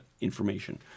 information